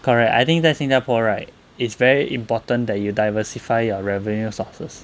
correct I think 在新加坡 right it's very important that you diversify your revenue sources